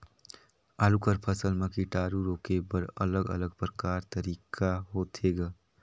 आलू कर फसल म कीटाणु रोके बर अलग अलग प्रकार तरीका होथे ग?